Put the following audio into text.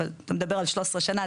אתה מדבר על 13 שנה,